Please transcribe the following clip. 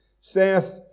saith